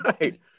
Right